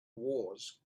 wars